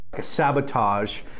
sabotage